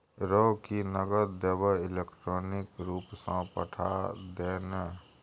रौ की नगद देबेय इलेक्ट्रॉनिके रूपसँ पठा दे ने